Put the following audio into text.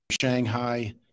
Shanghai